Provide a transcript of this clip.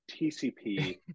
TCP